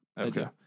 Okay